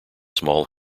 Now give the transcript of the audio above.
small